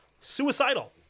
suicidal